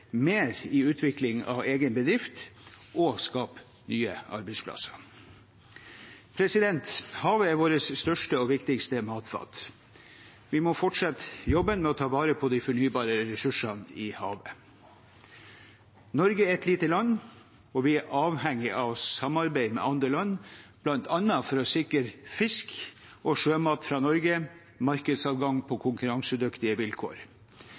mer i utvikling av egen bedrift og skape nye arbeidsplasser. Havet er va?rt største og viktigste matfat. Vi ma? fortsette jobben med a? ta vare pa? de fornybare ressursene i havet. Norge er et lite land, og vi er avhengig av a? samarbeide med andre land, bl.a. for a? sikre fisk og sjømat fra Norge markedsadgang